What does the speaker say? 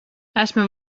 esmu